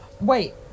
Wait